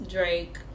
Drake